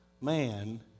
man